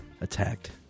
attacked